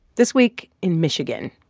this week in michigan,